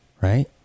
right